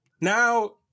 Now